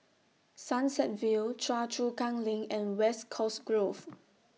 Sunset View Choa Chu Kang LINK and West Coast Grove